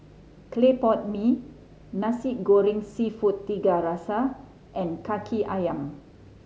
clay pot mee Nasi Goreng Seafood Tiga Rasa and Kaki Ayam